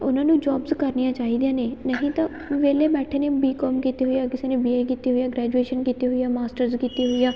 ਉਹਨਾਂ ਨੂੰ ਜੋਬਸ ਕਰਨੀਆਂ ਚਾਹੀਦੀਆਂ ਨੇ ਨਹੀਂ ਤਾਂ ਵਿਹਲੇ ਬੈਠੇ ਨੇ ਬੀ ਕੌਮ ਕੀਤੀ ਹੋਈ ਆ ਕਿਸੇ ਨੇ ਬੀ ਏ ਕੀਤੀ ਹੋਈ ਆ ਗਰੈਜੂਏਸ਼ਨ ਕੀਤੀ ਹੋਈ ਆ ਮਾਸਟਰਜ਼ ਕੀਤੀ ਹੋਈ ਆ